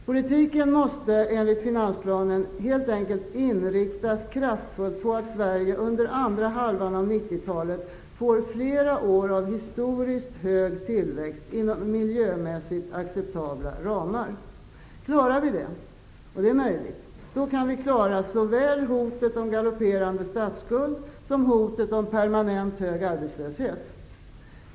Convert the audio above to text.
Politiken måste enligt finansplanen helt enkelt kraftfullt inriktas på att Sverige under andra halvan av 1990-talet får flera år av historiskt hög tillväxt inom miljömässigt acceptabla ramar. Klarar vi det -- och det är möjligt -- kan vi bemästra såväl hotet om galopperande statssskuld som hotet om permanent hög arbetslöshet.